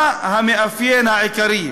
מה המאפיין העיקרי?